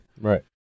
Right